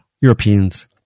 Europeans